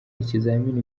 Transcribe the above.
ikizamini